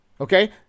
Okay